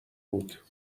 بود